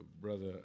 Brother